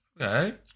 Okay